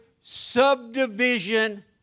subdivision